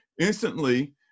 instantly